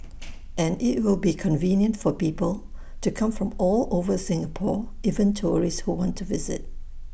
and IT will be convenient for people to come from all over Singapore even tourists who want to visit